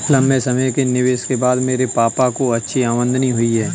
लंबे समय के निवेश के बाद मेरे पापा को अच्छी आमदनी हुई है